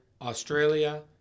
Australia